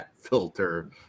filter